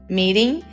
meeting